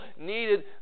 needed